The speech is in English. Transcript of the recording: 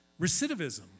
Recidivism